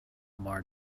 mar